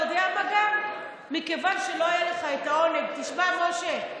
אתה יודע, מכיוון שלא היה לך את העונג, תשמע, משה.